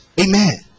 Amen